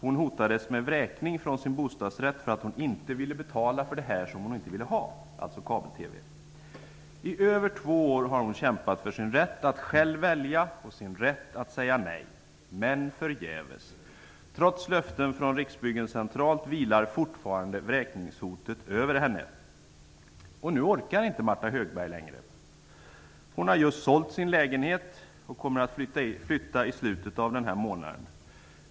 Hon hotades med vräkning från sin bostadsrätt för att hon inte ville betala för den kabel-TV som hon inte ville ha. I över två år har hon kämpat för sin rätt att själv välja och att säga nej -- men förgäves. Trots löften från Riksbyggen centralt vilar vräkningshotet fortfarande över henne. Nu orkar inte Martha Högberg längre. Hon har just sålt sin lägenhet och kommer att flytta i slutet av den här månaden.